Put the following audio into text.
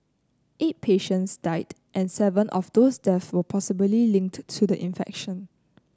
eight patients died and seven of those death were possibly linked to the infection